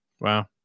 wow